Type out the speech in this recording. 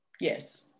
yes